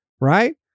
right